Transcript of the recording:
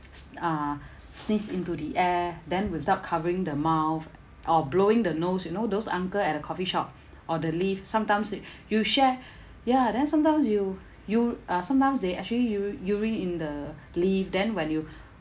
s~ uh sneeze into the air then without covering the mouth or blowing the nose you know those uncle at the coffeeshop or the lift sometimes yo~ you share ya then sometimes you you uh sometimes they actually u~ urine in the lift then when you